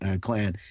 Clan